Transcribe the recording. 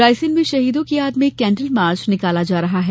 रायसेन में शहीदों की याद में कैंडल मार्च निकाला जा रहा है